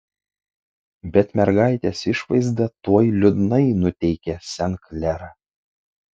bet mergaitės išvaizda tuoj liūdnai nuteikė sen klerą